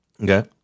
okay